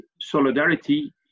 solidarity